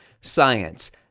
Science